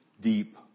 deep